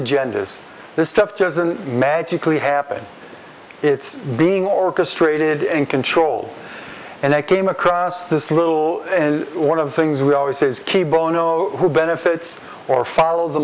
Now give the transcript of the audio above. agendas this stuff doesn't magically happen it's being orchestrated in control and i came across this little one of the things we always say is key bono who benefits or follow the